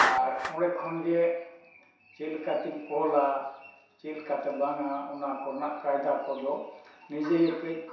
ᱟᱨ ᱚᱸᱰᱮ ᱠᱷᱚᱱ ᱜᱮ ᱪᱮᱫ ᱞᱮᱠᱟ ᱛᱤᱧ ᱚᱞᱟ ᱪᱮᱫ ᱞᱮᱠᱟᱛᱮ ᱵᱟᱝᱟ ᱚᱱᱟ ᱠᱚᱨᱮᱱᱟᱜ ᱠᱟᱭᱫᱟ ᱠᱚᱫᱚ ᱱᱤᱡᱮ ᱜᱮ ᱠᱟᱹᱡ